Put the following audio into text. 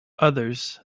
others